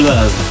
Love